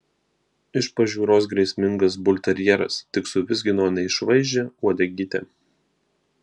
iš pažiūros grėsmingas bulterjeras tik suvizgino neišvaizdžią uodegytę